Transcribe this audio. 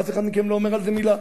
ואף אחד מכם לא אומר על זה מלה.